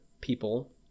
people